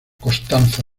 constanza